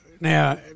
Now